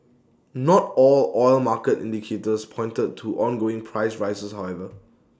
not all oil market indicators pointed to ongoing price rises however